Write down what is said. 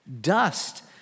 dust